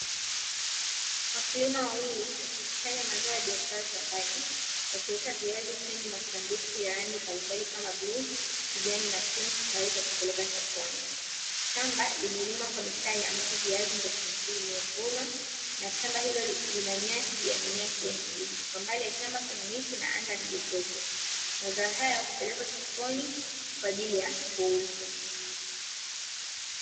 Wakulima wawili wakikusanya mazao ya biashara shambani, wakiweka viazi kwenye masanduku ya rangi mbalimbali kama bluu, kijani na pinki, tayari kwa kupeleka sokoni. Shamba limelimwa kwa mistari, ambapo viazi ndio vimevunwa na shamba hilo lina nyasi ya mimea ya kijani kibichi, kwa mbali ya shamba kuna miti na anga ni jepesi. Mazao hayo hupelekwa sokoni kwa ajili ya kuuzwa.